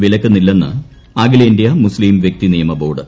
വിലക്കുന്നില്ലെന്ന് ്അഖിലേന്ത്യാ മുസ്ലീം വൃക്തി നിയമ ബോർഡ്